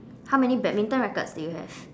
how many badminton rackets do you have